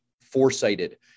foresighted